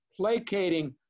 placating